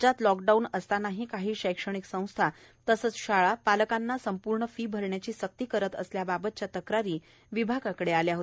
राज्यात लॉकडाऊन असतानाही काही शैक्षणिक संस्था तसंच शाळा पालकांना संपूर्ण फी भरण्याची सक्ती करीत असल्याबातच्या तक्रारी विभागाकडे आल्या आहेत